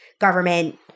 government